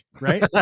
right